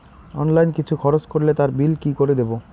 Online কিছু খরচ করলে তার বিল কি করে দেবো?